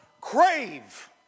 Crave